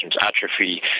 atrophy